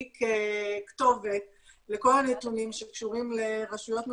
ככתובת לכל הנתונים שקשורים לרשויות מקומיות,